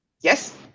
Yes